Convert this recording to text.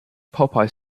popeye